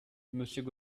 monsieur